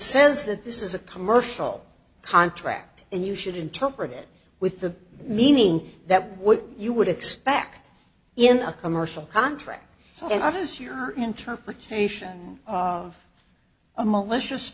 says that this is a commercial contract and you should interpret it with the meaning that what you would expect in a commercial contract and others your interpretation of a malicious